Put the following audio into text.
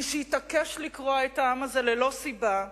מי שהתעקש לקרוע את העם הזה ללא סיבה,